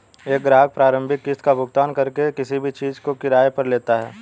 एक ग्राहक प्रारंभिक किस्त का भुगतान करके किसी भी चीज़ को किराये पर लेता है